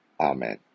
Amen